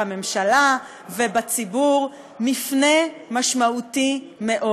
בממשלה ובציבור מפנה משמעותי מאוד.